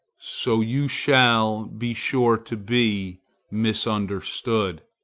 so you shall be sure to be misunderstood